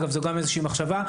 זו גם איזושהי מחשבה.